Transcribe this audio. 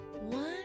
One